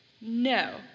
No